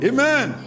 Amen